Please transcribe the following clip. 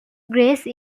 grace